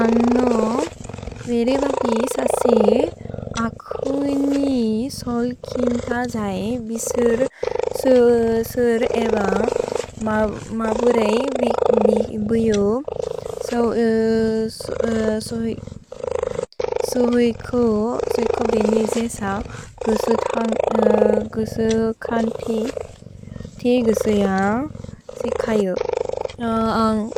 अन्नु वेरि बति ससे अकुनि सोल् किन्तजै बिसुर् सुर् एव म बुरेइ बिउ। सौ सुइ को बेनि जेस गुसु कन्ति ते गुसु जन्ग् सिकयु। अन्ग्